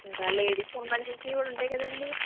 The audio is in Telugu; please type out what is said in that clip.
ఇంకా లేడీస్ కి సంబంధించినవి కూడా ఉంటాయి కదండీ